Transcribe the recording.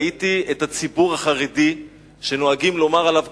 ראיתי את הציבור החרדי שנוהגים לומר עליו